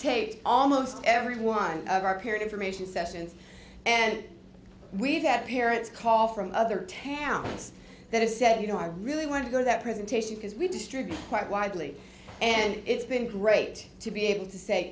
taped almost every one of our peer information sessions and we've had parents call from other towns that have said you know i really want to do that presentation because we distributed quite widely and it's been great to be able to say